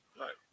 Right